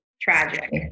tragic